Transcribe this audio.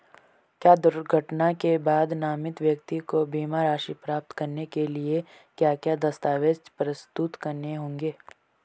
क्या दुर्घटना के बाद नामित व्यक्ति को बीमा राशि प्राप्त करने के लिए क्या क्या दस्तावेज़ प्रस्तुत करने होंगे?